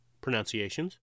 pronunciations